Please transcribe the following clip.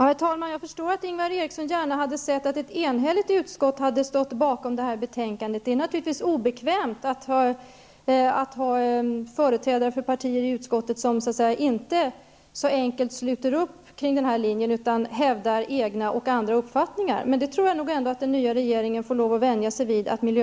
Herr talman! Jag förstår att Ingvar Eriksson gärna hade sett att ett enhälligt utskott hade stått bakom betänkandet. Det är naturligtvis obekvämt att ha företrädare för partier i utskottet som inte så enkelt sluter upp kring denna linje utan hävdar egna och andra uppfattningar. Jag tror att den nya regeringen får lov att vänja sig vid att miljö .